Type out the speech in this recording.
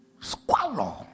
squalor